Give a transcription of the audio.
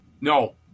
No